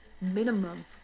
minimum